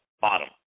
bottom